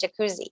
jacuzzi